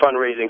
fundraising